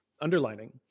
underlining